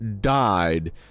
died